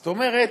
זאת אומרת,